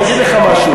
אני אגיד לך משהו,